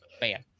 Bam